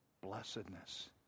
blessedness